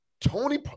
Tony